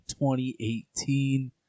2018